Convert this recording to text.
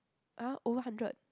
uh over hundred